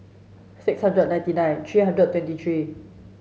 six hundred ninety nine three hundred twenty three